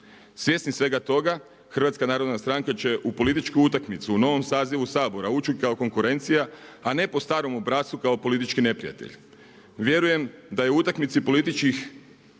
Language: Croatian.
Svjesni svega toga HNS će u političku utakmicu u novom sazivu Sabora ući kao konkurencija, a ne po starom obrascu kao politički neprijatelj. Vjerujem da u utakmici političkih